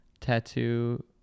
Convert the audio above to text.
tattoo